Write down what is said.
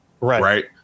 Right